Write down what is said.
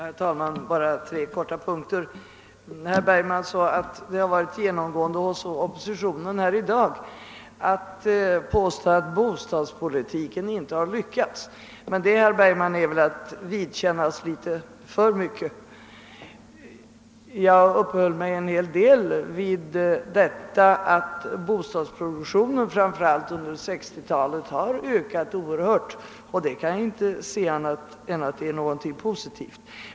Herr talman! Bara tre punkter i all korthet! Herr Bergman sade att det varit ett genomgående tema hos oppositionen i dag att bostadspolitiken inte skulle ha lyckats, men det, herr Bergman, är väl att påstå litet för mycket. Jag uppehöll mig en hel del vid att bostadsproduktionen framför allt under 1960-talet har ökat oerhört, och det kan jag inte se som annat än någonting positivt.